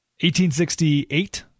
1868